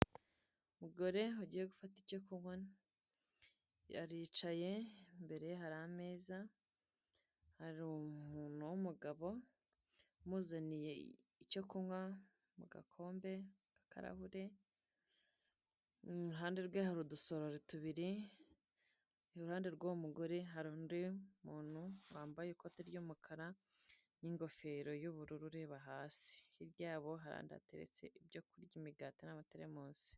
Umugore ugiye gufata icyo kunywa. Aricaye imbere ye hari ameza. Hari umuntu w'umugabo umzaniye icyo kunywa mu gakombe; akarahure. Iruhande rwe hari udusorori tubiri, iruhande rw'uwo mugore hari umuntu wambaye ikote ry'umukara, n'ingofero y'ubururu ureba hasi. Hirya yabo hari ahandi hateretse ibyo lurya imigati n'amateremusi.